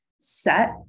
set